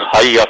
a yeah